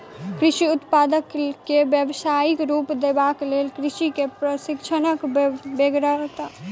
कृषि उत्पाद के व्यवसायिक रूप देबाक लेल कृषक के प्रशिक्षणक बेगरता छै